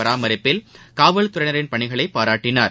பராமரிப்பில் காவல்துறையினரின் பணிகளை பாராட்டினார்